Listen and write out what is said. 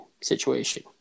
situation